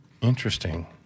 Interesting